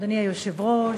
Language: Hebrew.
אדוני היושב-ראש,